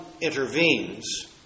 intervenes